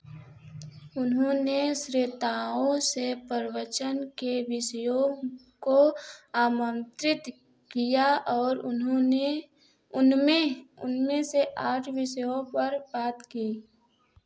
उन्होंने श्रेताओं से प्रवचन के विषयों को आमंत्रित किया और उन्होंने उनमें उनमें से आठ विषयों पर बात की